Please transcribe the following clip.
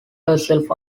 herself